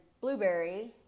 blueberry